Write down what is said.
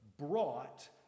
brought